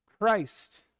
Christ